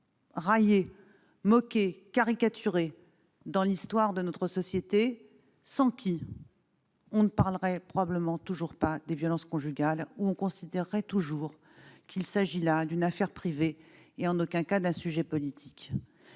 raillées, moquées, caricaturées dans l'histoire de notre société, mais sans qui l'on ne parlerait probablement toujours pas des violences conjugales, sans qui l'on considérerait toujours qu'il s'agit là d'une affaire privée et en aucun cas d'un sujet politique.